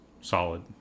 solid